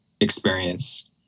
experience